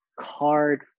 card